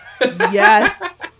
yes